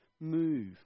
move